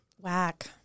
Whack